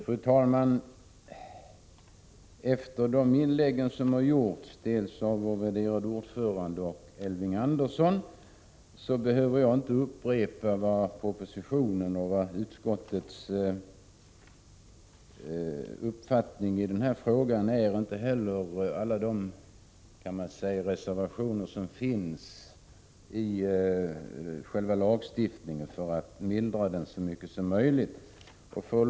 Fru talman! Efter de inlägg som har gjorts av utskottets värderade ordförande och av Elving Andersson behöver jag inte upprepa vad propositionens eller utskottets uppfattning i denna fråga är och inte heller innehållet ide reservationer som finns i själva lagstiftningen för att mildra den så mycket som möjligt.